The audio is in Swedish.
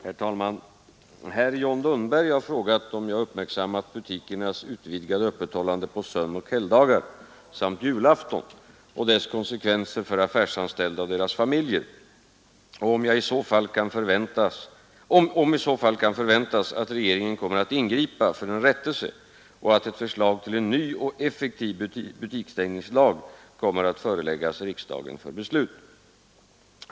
Herr talman! Herr John Lundberg har frågat om jag uppmärksammat butikernas utvidgade öppethållande på sönoch helgdagar samt julafton och dess konsekvenser för affärsanställda och deras familjer, och om det i så fall kan förväntas att regeringen kommer att ingripa för en rättelse och att ett förslag till en ny och effektiv butiksstängningslag kommer att föreläggas riksdagen för beslut.